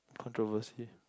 controversy